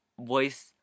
voice